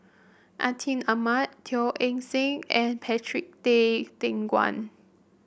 Atin Amat Teo Eng Seng and Patrick Tay Teck Guan